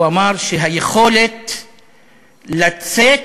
הוא אמר שהיכולת לצאת,